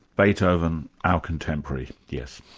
beethoven, our contemporary. yes.